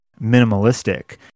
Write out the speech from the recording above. minimalistic